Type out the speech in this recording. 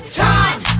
time